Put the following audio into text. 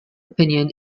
opinion